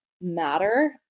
matter